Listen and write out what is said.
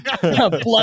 blood